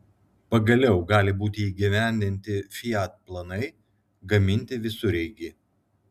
pagaliau gali būti įgyvendinti fiat planai gaminti visureigį